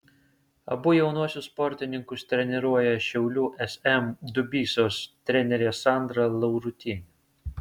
abu jaunuosius sportininkus treniruoja šiaulių sm dubysos trenerė sandra laurutienė